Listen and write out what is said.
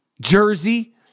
Jersey